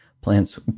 plants